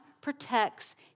protects